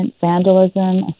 vandalism